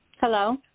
Hello